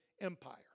Empire